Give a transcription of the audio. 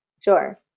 Sure